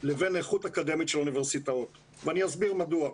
לבין איכות אקדמית של אוניברסיטאות ואני אסביר מדוע.